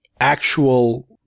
actual